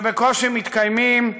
שבקושי מתקיימים,